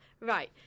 Right